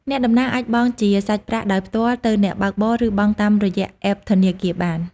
អ្នកដំណើរអាចបង់ជាសាច់ប្រាក់ដោយផ្ទាល់ទៅអ្នកបើកបរឬបង់តាមរយៈអេបធនាគារបាន។